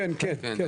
כן, כן.